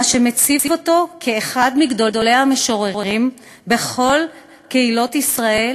מה שמציב אותו כאחד מגדולי המשוררים בכל קהילות ישראל,